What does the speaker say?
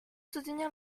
soutenir